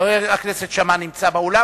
חבר הכנסת שאמה נמצא באולם,